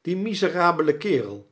die miserable kerel